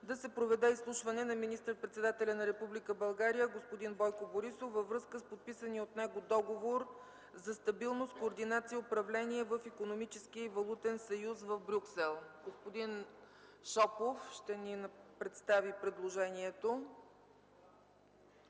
да се проведе изслушване на министър-председателя на Република България господин Бойко Борисов във връзка с подписания от него Договор за стабилност, координация и управление в Икономическия и валутен съюз в Брюксел. Господин Шопов ще ни представи предложението.